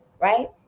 right